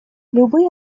любые